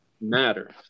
matter